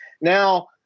now